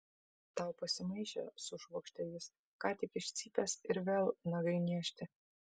tau pasimaišė sušvokštė jis ką tik iš cypęs ir vėl nagai niežti